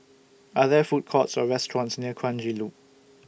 Are There Food Courts Or restaurants near Kranji Loop